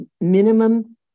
minimum